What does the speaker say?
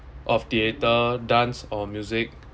of theatre dance or music